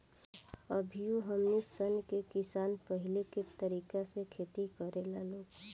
अभियो हमनी सन के किसान पाहिलके तरीका से खेती करेला लोग